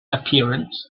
appearance